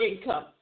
income